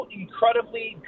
incredibly